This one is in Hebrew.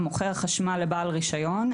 המוכר חשמל לבעל רישיון,